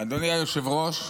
אדוני היושב-ראש,